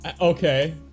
okay